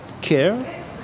care